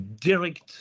direct